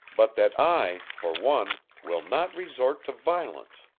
but that i, for one, will not resort to violence.